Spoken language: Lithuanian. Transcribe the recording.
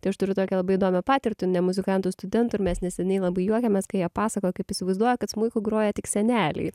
tai aš turiu tokią labai įdomią patirtį ne muzikantų studentų ir mes neseniai labai juokėmės kai jie pasakojo kaip įsivaizduoja kad smuiku groja tik seneliai